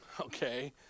okay